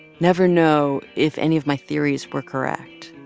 never know if any of my theories were correct